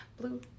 Blue